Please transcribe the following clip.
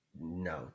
No